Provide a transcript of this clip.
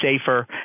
safer